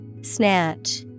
Snatch